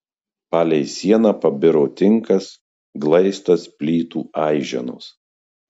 palei sieną pabiro tinkas glaistas plytų aiženos